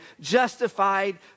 justified